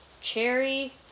Cherry